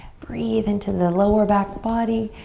breathe into the lower back body.